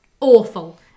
awful